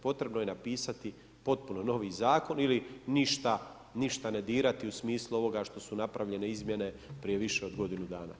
Potrebno je napisati potpuno novi zakon ili ništa ne dirati u smislu ovoga što su napravljene izmjene prije više od godinu dana.